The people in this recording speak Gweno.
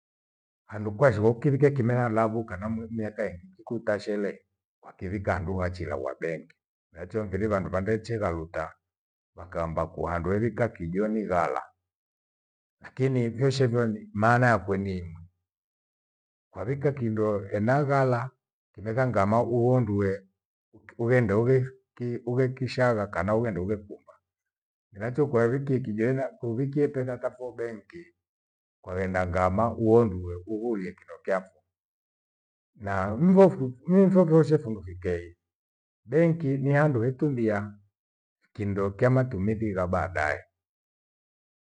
Handu kwaishigho ukivike kimela lavuka na mua miaka ingi kikutashale, kwakivika handu wachiira uwa benki. Miracho mfiri vandu vandechigha luta vakaamba ku handu erika kijo ni ghala. Lakini ipeshe rua- ndi maana yakwe niim, kwavika kindo ena ghala kindo tha ngama uhondue uhende ughechukie ugheshigha kana ughende ughe kuomba. Miracho kwavikie kijo ena kuwikie petha zapho benki kwaghenda ghama uhombiwe uhurie kindo kyafo. Na mrofiki unofokoshe fundu kikei. Benki ni handu vetumia kindo kya matumithi va baadae